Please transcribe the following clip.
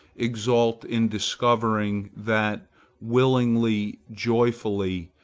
exult in discovering that willingly, joyfully,